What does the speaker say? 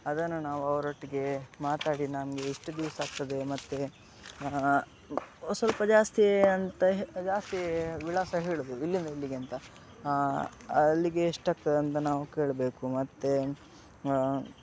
ಅದನ್ನು ನಾವು ಅವರೊಟ್ಟಿಗೆ ಮಾತಾಡಿ ನಮಗೆ ಎಷ್ಟು ದಿವ್ಸ ಆಗ್ತದೆ ಮತ್ತೆ ಸ್ವಲ್ಪ ಜಾಸ್ತಿ ಅಂತ ಹೆ ಜಾಸ್ತಿ ವಿಳಾಸ ಹೇಳುವುದು ಎಲ್ಲಿಂದ ಎಲ್ಲಿಗೆ ಅಂತ ಅಲ್ಲಿಗೆ ಎಷ್ಟಾಗ್ತದೆ ಅಂತ ನಾವು ಕೇಳಬೇಕು ಮತ್ತು